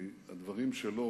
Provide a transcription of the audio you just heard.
כי הדברים שלו